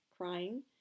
crying